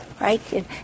right